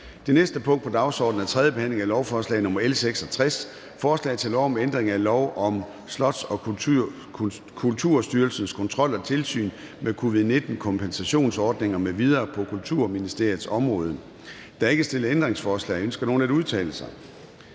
Det næste punkt på dagsordenen er: 11) 3. behandling af lovforslag nr. L 66: Forslag til lov om ændring af lov om Slots- og Kulturstyrelsens kontrol og tilsyn med covid-19-kompensationsordninger m.v. på Kulturministeriets område. (Udskydelse af solnedgangsklausul).